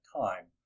time